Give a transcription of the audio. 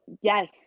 yes